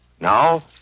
now